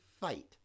fight